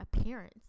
appearance